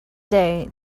day